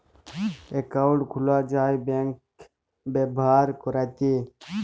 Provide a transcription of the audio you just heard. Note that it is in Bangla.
একাউল্ট খুলা যায় ব্যাংক ব্যাভার ক্যরতে